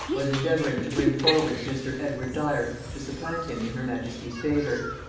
was endeavouring to bring forwards mr. edward dyer to supplant him in her majesty's favor.